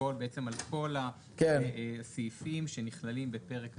בעצם על כל הסעיפים שנכללים בפרק תחבורה.